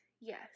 yes